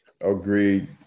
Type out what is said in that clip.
Agreed